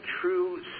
true